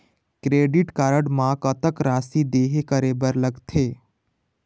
Credit card म कतक राशि देहे करे बर लगथे?